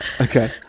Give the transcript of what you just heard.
Okay